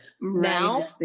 now